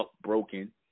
broken